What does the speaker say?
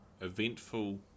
eventful